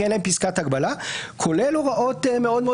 כי אין להם פסקת הגבלה כולל הוראות מאוד מאוד